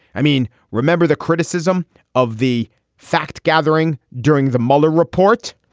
i mean, remember the criticism of the fact gathering during the mueller report?